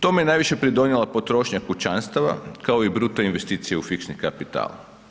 Tome je najviše pridonijela potrošnja kućanstava kao i bruto investicije u fiksni kapital.